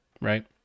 right